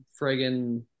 friggin